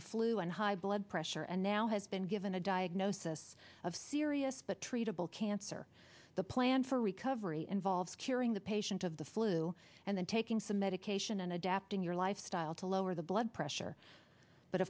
the flu and high blood pressure and now has been given a diagnosis of serious but treatable cancer the plan for recovery involves curing the patient of the flu and then taking some medication and adapting your lifestyle to lower the blood pressure but